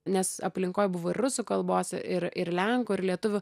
nes aplinkoj buvo ir rusų kalbos ir ir lenkų ir lietuvių